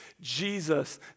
Jesus